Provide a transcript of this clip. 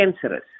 cancerous